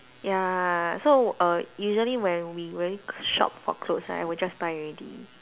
ya so err usually when we shop for clothes right I will just buy already